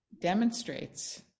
demonstrates